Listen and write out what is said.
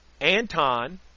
Anton